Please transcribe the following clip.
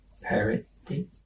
parity